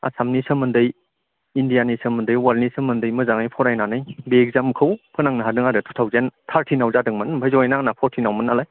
आसामनि सोमोन्दै इण्डियाननि सोमोन्दै वर्ल्डनि सोमोन्दै मोजाङै फरायनायनानै बे इखजामखौ फोनांनो हादों आरो बे इखजामखौ टुथावजेन थारटिनाव जादोंमोन आमफ्राय जयेना आंना फरथिनाव मोन नालाय